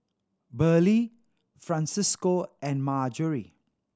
Burleigh Francisco and Marjorie